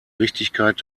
richtigkeit